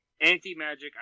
anti-magic